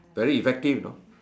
very effective you know